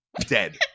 dead